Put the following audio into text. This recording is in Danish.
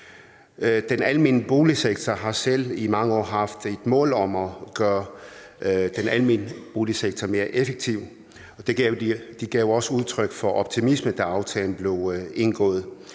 Den almene boligsektor har selv i mange år haft et mål om at gøre den almene boligsektor mere effektiv. Den gav også udtryk for optimisme, da aftalen blev indgået.